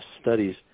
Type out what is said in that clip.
studies